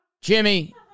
Jimmy –